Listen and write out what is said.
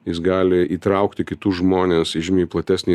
jis gali įtraukti kitus žmones į žymiai platesnį